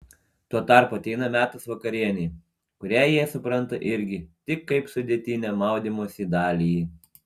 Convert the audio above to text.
tuo tarpu ateina metas vakarienei kurią jie supranta irgi tik kaip sudėtinę maudymosi dalį